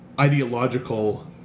ideological